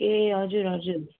ए हजुर हजुर